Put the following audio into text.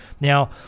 Now